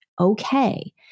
okay